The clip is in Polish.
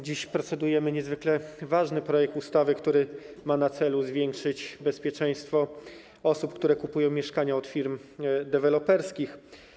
Dziś procedujemy nad niezwykle ważnym projektem ustawy, który ma na celu zwiększyć bezpieczeństwo osób, które kupują mieszkania od firm deweloperskich.